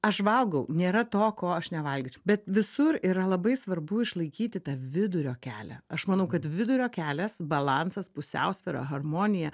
aš valgau nėra to ko aš nevalgyčiau bet visur yra labai svarbu išlaikyti tą vidurio kelią aš manau kad vidurio kelias balansas pusiausvyra harmonija